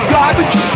Garbage